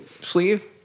sleeve